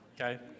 Okay